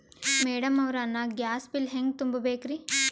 Madam ಅವ್ರ, ನಾ gas bill ಹೆಂಗ ತುಂಬಾ ಬೇಕ್ರಿ?